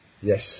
Yes